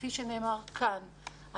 כפי שנאמר כאן,